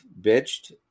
bitched